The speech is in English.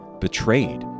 betrayed